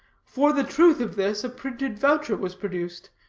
for the truth of this, a printed voucher was produced,